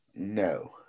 No